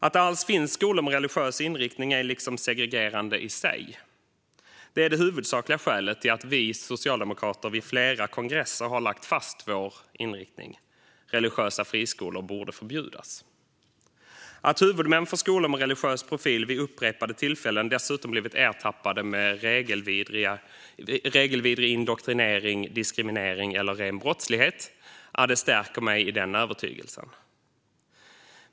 Att det alls finns skolor med religiös inriktning är segregerande i sig. Det är det huvudsakliga skälet till att vi socialdemokrater vid flera kongresser har lagt fast vår inriktning om att religiösa friskolor borde förbjudas. Att huvudmän för skolor med religiös profil vid upprepade tillfällen dessutom blivit ertappade med regelvidrig indoktrinering, diskriminering eller ren brottslighet stärker mig i den övertygelsen.